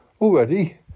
Already